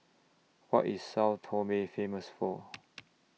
What IS Sao Tome Famous For